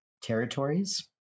territories